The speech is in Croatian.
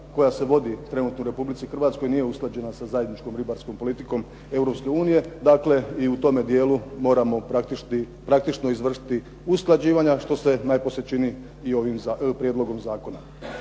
koja se vodi trenutno u Republici Hrvatskoj nije usklađena sa zajedničkom ribarskom politikom Europske unije. Dakle i u tome dijelu moramo praktički izvršiti usklađivanja, što se najposlije čini i ovim prijedlogom zakona.